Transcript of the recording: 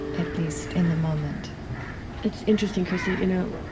at least in the moment that's interesting, krista. you know,